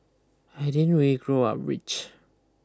I didn't really grow up rich